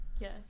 Yes